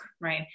right